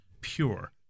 pure